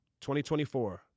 2024